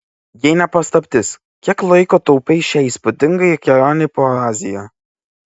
jei ne paslaptis kiek laiko taupei šiai įspūdingai kelionei po aziją